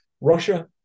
Russia